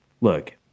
look